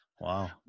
Wow